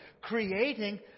creating